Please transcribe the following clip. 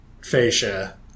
fascia